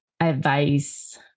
advice